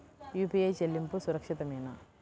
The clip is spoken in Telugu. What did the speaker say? యూ.పీ.ఐ చెల్లింపు సురక్షితమేనా?